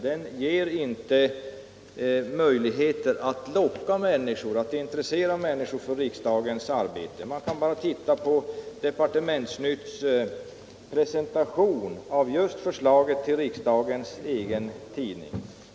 Genom denna tidning lockas människor inte att intressera sig för riksdagens arbete. Låt mig bara peka på Departementsnytts presentation av förslaget till riksdagens egen tidning!